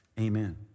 amen